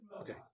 okay